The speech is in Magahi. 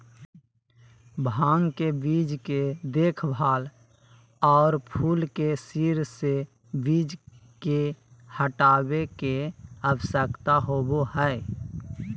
भांग के बीज के देखभाल, और फूल के सिर से बीज के हटाबे के, आवश्यकता होबो हइ